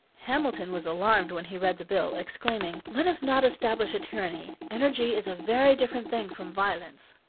hamilton was alarmed when he read the bill, exclaiming let us not establish a tyranny. energy is a very different thing from violence.